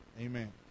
Amen